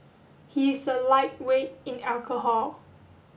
he is a lightweight in alcohol